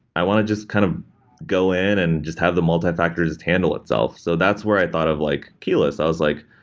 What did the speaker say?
i want to just kind of go in and just have the multifactor just handle itself. so that's where i thought of like keyless. i was like,